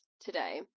today